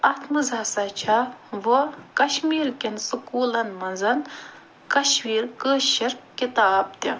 اَتھ منٛز ہسا چھِ وۄنۍ کشمیٖرکیٚن سُکوٗلَن منٛز کَشمیٖر کٲشِر کِتاب تہِ